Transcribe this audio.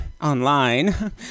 online